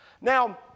Now